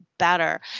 better